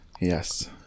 Yes